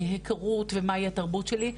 הכרות ומהי התרבות שלי,